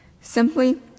simply